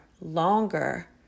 longer